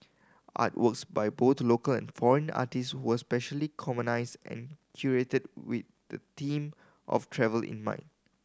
artworks by both local and foreign artist were specially and curated with the theme of travel in mind